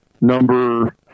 number